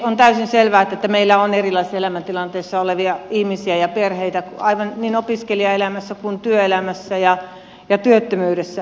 on täysin selvää että meillä on erilaisissa elämäntilanteissa olevia ihmisiä ja perheitä niin opiskelijaelämässä kuin työelämässä ja työttömyydessä